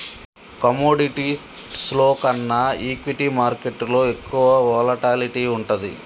కమోడిటీస్లో కన్నా ఈక్విటీ మార్కెట్టులో ఎక్కువ వోలటాలిటీ వుంటది